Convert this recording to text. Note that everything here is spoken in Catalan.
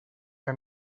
que